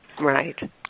Right